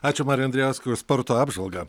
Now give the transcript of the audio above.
ačiū marijui andrijauskui už sporto apžvalgą